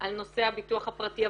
על נושא הביטוח הפרטי.